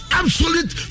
absolute